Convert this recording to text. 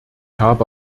habe